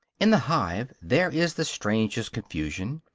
in the hive there is the strangest confusion,